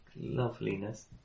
loveliness